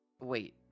Wait